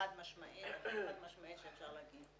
חד משמעית שאפשר להגיד.